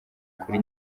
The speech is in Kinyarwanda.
kuri